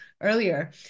earlier